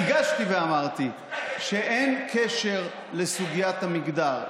הדגשתי ואמרתי שאין קשר לסוגיית המגדר.